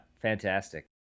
Fantastic